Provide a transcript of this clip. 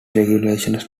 regulations